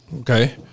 Okay